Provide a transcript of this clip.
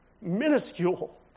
minuscule